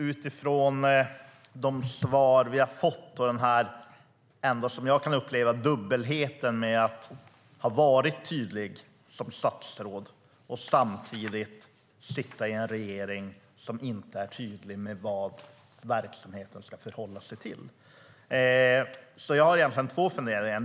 Utifrån de svar vi har fått upplever jag en dubbelhet i att Maria Arnholm som statsråd är tydlig men att hon samtidigt sitter i en regering som inte är tydlig med hur man ska förhålla sig till den här verksamheten. Jag har därför två funderingar.